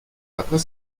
après